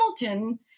Hamilton